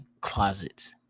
closets